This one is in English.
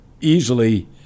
easily